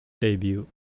debut